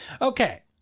Okay